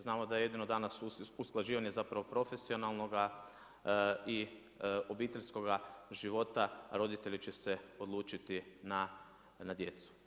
Znamo da jedino danas usklađivanje zapravo profesionalnoga i obiteljskoga života, roditelji će se odlučiti na djecu.